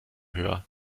höher